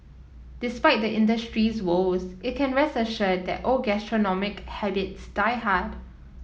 despite the industry's woes it can rest assured that old gastronomic habits die hard